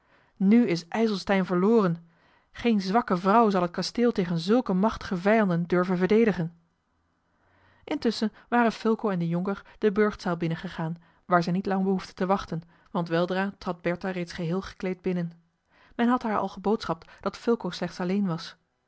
nu is ijselstein verloren geen zwakke vrouw zal het kasteel tegen zulke machtige vijanden durven verdedigen intusschen waren fulco en de jonker de burchtzaal binnengegaan waar zij niet lang behoefden te wachten want weldra trad bertha reeds geheel gekleed binnen men had haar al geboodschapt dat fulco slechts alleen was